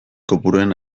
kopuruen